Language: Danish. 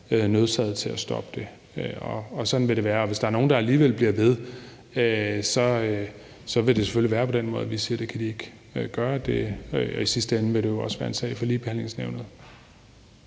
nødsaget til at stoppe det. Sådan vil det være, og hvis der er nogle, der alligevel bliver ved med at gøre det, så vil det selvfølgelig være på den måde, at vi siger, at det kan de ikke gøre. Og i sidste ende vil det jo også være en sag for Ligebehandlingsnævnet.